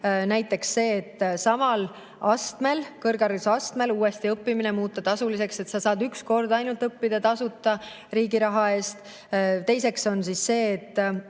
näiteks seda, et samal astmel, kõrghariduse astmel, uuesti õppimine muuta tasuliseks. Sa saad üks kord ainult õppida tasuta, riigi raha eest. Teiseks on see, et